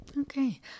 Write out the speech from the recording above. Okay